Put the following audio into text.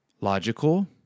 Logical